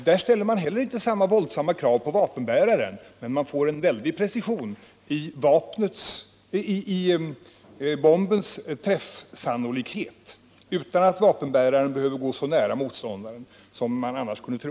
Där ställer man heller inte samma våldsamma krav på vapenbäraren, men man får en god precision i bombens träffsannolikhet utan att vapenbäraren behöver gå så nära motståndaren som man annars kunde tro.